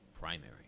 primary